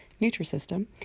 Nutrisystem